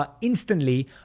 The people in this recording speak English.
instantly